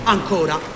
Ancora